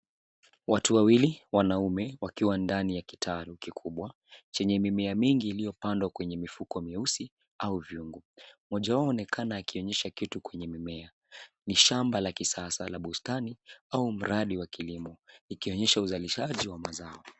Watu wawili wanaume wakiwa ndani ya kitaru kikubwa chenye mimea mingi iliyopandwa kwenye mifuko meusi au viungo. Mmoja wao aonekana akionyesha kitu kwenye mimea. Ni shamba la kisasa la bustani au mradi wa kilimo ikionyesha uzalishaji wa mazao.